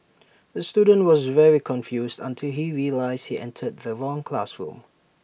the student was very confused until he realised he entered the wrong classroom